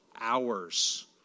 hours